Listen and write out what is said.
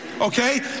Okay